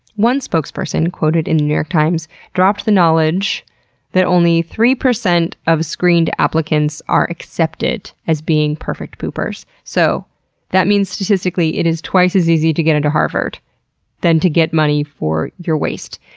one spokesperson quoted in the new york times dropped the knowledge that only three percent of screened applicants are accepted as being perfect poopers. so that means statistically it is twice as easy to get into harvard than to get money for your waste.